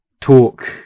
talk